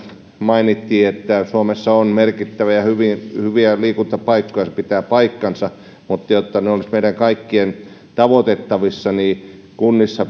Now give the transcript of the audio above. mainittiin että suomessa on merkittäviä ja hyviä liikuntapaikkoja se pitää paikkansa mutta jotta ne olisivat meidän kaikkien tavoitettavissa niin kunnissa